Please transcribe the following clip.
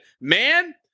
man